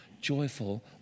joyful